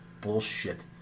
Bullshit